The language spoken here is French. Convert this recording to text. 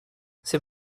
c’est